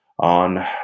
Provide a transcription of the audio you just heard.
on